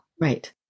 Right